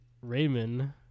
Raymond